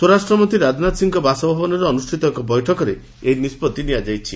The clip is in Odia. ସ୍ୱରାଷ୍ଟ୍ରମନ୍ତୀ ରାଜନାଥ ସିଂଙ୍କ ବାସଭବନରେ ଅନୁଷ୍ଟିତ ଏକ ବୈଠକରେ ଏହି ନିଷ୍ବତ୍ତି ନିଆଯାଇଛି